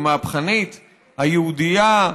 המהפכנית היהודייה,